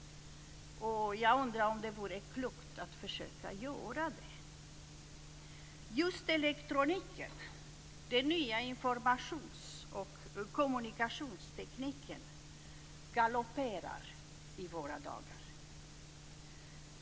Jag undrar om det vore klokt att försöka göra det. Just elektroniken, den nya informations och kommunikationstekniken, galopperar i våra dagar.